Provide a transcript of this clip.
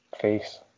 face